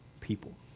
people